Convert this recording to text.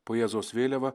po jėzaus vėliava